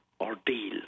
ordeal